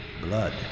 Blood